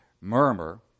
murmur